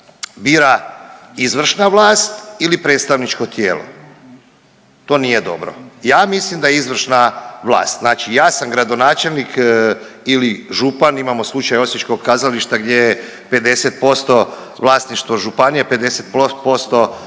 bira izvršna vlast ili predstavničko tijelo. To nije dobro. Ja mislim da izvršna vlast. Znači ja sam gradonačelnik ili župan imamo slučaj osječkog kazališta gdje je 50% vlasništvo županije, 50%